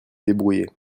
débrouiller